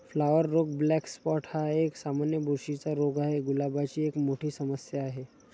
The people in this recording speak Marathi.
फ्लॉवर रोग ब्लॅक स्पॉट हा एक, सामान्य बुरशीचा रोग आहे, गुलाबाची एक मोठी समस्या आहे